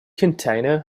container